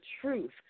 truth